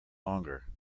longer